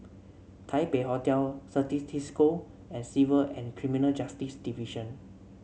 Taipei Hotel Certis Cisco and Civil and Criminal Justice Division